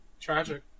tragic